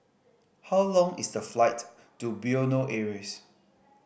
how long is the flight to Bueno Aires